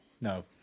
No